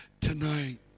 tonight